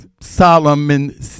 Solomon